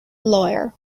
lawyer